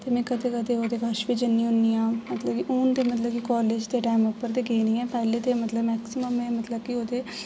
में कदें कदें ओह्दे कश बी ज'न्नी होनी आं मतलब की हून ते मतलब की कॉलेज दे टाइम उप्पर गेई निं ऐ पैह्ले ते में मेक्सीमम में मतलब कि ओह्दे